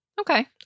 Okay